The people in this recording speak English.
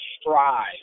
strive